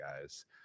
guys